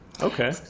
Okay